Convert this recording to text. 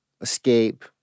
escape